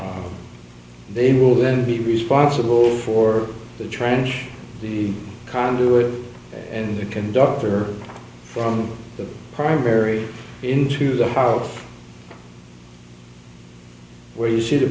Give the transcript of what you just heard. board they will then be responsible for the trench the conduit and the conductor from the primary into the house where you see the